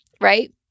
Right